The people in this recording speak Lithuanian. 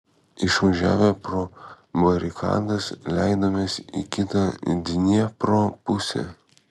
išvažiavę pro barikadas leidomės į kitą dniepro pusę